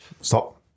Stop